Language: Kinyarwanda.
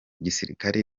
gisirikare